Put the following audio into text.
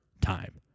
time